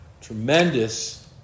tremendous